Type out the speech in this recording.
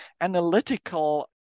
analytical